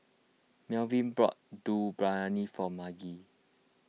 Malvin bought Dum Briyani for Margie